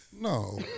No